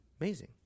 Amazing